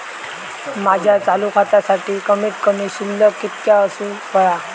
माझ्या चालू खात्यासाठी कमित कमी शिल्लक कितक्या असूक होया?